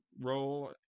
role